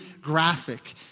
graphic